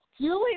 Julie